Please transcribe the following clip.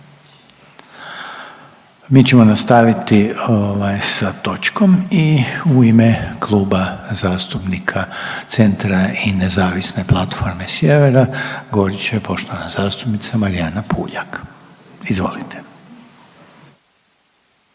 Mi ćemo nastaviti, ovaj sa točkom i u ime Kluba zastupnika Centra i Nezavisne platforme Sjevera govorit će poštovana zastupnica Marijana Puljak, izvolite.